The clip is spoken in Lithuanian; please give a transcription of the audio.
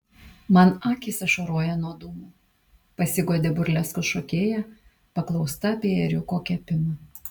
man akys ašaroja nuo dūmų pasiguodė burleskos šokėja paklausta apie ėriuko kepimą